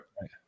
Right